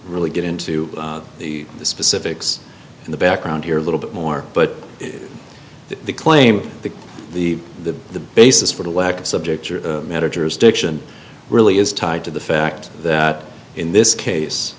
really get into the specifics in the background here a little bit more but the claim that the the the basis for the lack of subject matter jurisdiction really is tied to the fact that in this case